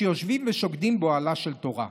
שיושבים ושוקדים באוהלה של תורה?